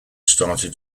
started